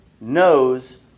knows